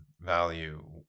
value